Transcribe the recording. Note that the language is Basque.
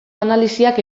analisiak